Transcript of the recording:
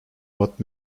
what